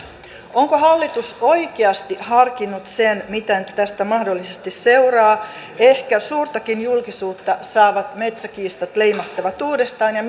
onko hallitus oikeasti harkinnut mitä tästä mahdollisesti seuraa ehkä suurtakin julkisuutta saavat metsäkiistat leimahtavat uudestaan ja